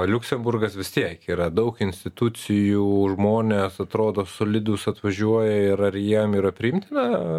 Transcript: o liuksemburgas vis tiek yra daug institucijų žmonės atrodo solidūs atvažiuoja ir ar jiem yra priimtina